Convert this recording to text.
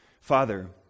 Father